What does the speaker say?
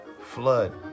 flood